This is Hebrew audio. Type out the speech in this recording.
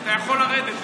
אתה יכול לרדת.